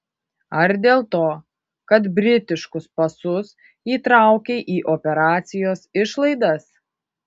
ar dėl to kad britiškus pasus įtraukei į operacijos išlaidas